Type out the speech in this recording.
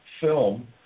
film